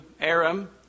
Aram